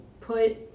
put